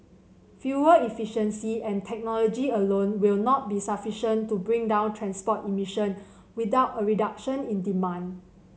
fuel efficiency and technology alone will not be sufficient to bring down transport emission without a reduction in demand